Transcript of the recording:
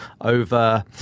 over